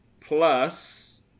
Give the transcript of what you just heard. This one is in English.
Plus